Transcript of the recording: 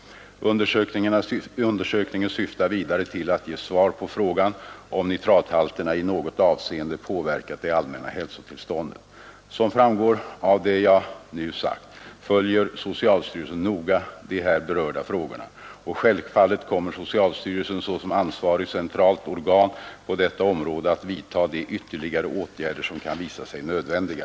Undersökningen syftar vidare till att ge svar på frågan om nitrathalterna i något avseende påverkat det allmänna hälsotillståndet. Som framgår av det jag nu sagt följer socialstyrelsen noga de här berörda frågorna, och självfallet kommer socialstyrelsen såsom ansvarigt centralt organ på detta område att vidta de ytterligare åtgärder som kan visa sig nödvändiga.